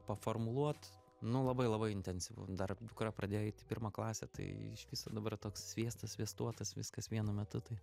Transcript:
paformuluot nu labai labai intensyvu dar dukra pradėjo eit į pirmą klasę tai iš viso dabar toks sviestas sviestuotas viskas vienu metu tai